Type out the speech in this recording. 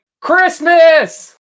Christmas